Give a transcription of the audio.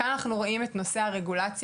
כאן אנחנו רואים את נושא הרגולציה,